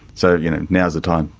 so you know now's the time.